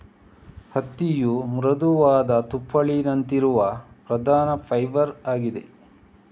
ಹತ್ತಿಯ ಮೃದುವಾದ ತುಪ್ಪಳಿನಂತಿರುವ ಪ್ರಧಾನ ಫೈಬರ್ ಆಗಿದೆ